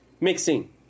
Mixing